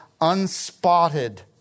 unspotted